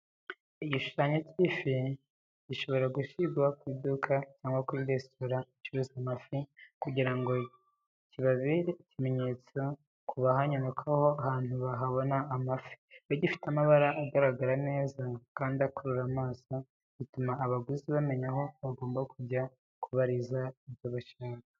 Igishushanyo cy’ifi gishobora gushyirwa ku iduka cyangwa resitora icuruza amafi kugira ngo kibere ikimenyetso ku bahanyura ko aho hantu bahabona amafi. Iyo gifite amabara agaragara neza, kandi akurura amaso, bituma abaguzi bamenya aho bagomba kujya kubariza ibyo bashaka.